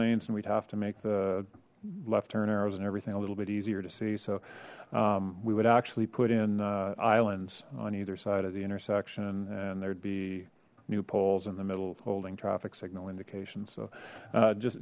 lanes and we'd have to make the left turn arrows and everything a little bit easier to see so we would actually put in islands on either side of the intersection and there'd be new poles in the middle holding traffic signal indications so just